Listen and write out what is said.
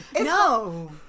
no